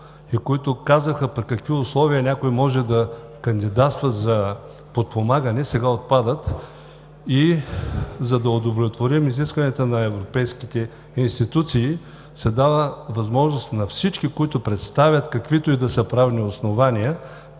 които казваха при какви условия някой може да кандидатства за подпомагане, сега отпадат. За да удовлетворим изискванията на европейските институции, се дава възможност на всички, които представят каквито и да са правни основания,